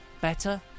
Better